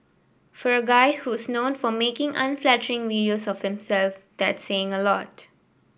for a guy who's known for making unflattering videos of himself that's saying a lot